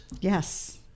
Yes